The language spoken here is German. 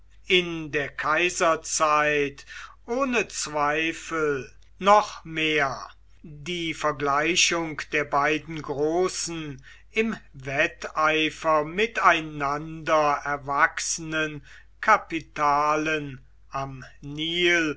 in der kaiserzeit ohne zweifel noch mehr die vergleichung der beiden großen im wetteifer miteinander erwachsenen kapitalen am nil